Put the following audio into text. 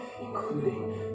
including